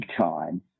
time